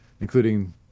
including